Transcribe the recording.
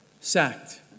sacked